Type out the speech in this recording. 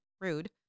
Rude